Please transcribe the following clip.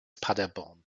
paderborn